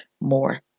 more